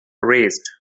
raised